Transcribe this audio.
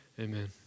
amen